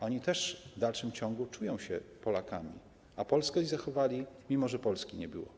Oni też w dalszym ciągu czują się Polakami, a Polskę zachowali, mimo że Polski nie było.